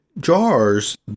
Jars